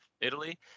Italy